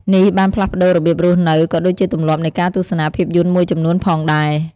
នេះបានផ្លាស់ប្ដូររបៀបរស់នៅ ក៏ដូចជាទម្លាប់នៃការទស្សនាភាពយន្តមួយចំនួនផងដែរ។